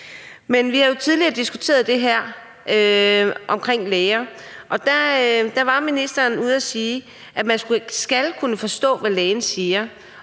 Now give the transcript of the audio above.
Men vi har jo tidligere diskuteret det her om læger, og der var ministeren ude at sige, at man skal kunne forstå, hvad lægen siger,